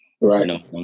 Right